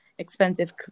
expensive